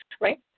Right